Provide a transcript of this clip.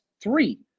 Three